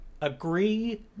agree